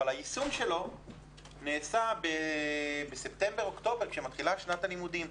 אבל היישום שלו נעשה בספטמבר או באוקטובר כשמתחילה שנת הלימודים.